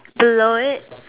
below it